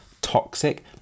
toxic